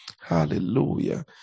hallelujah